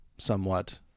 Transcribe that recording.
Somewhat